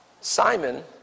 Simon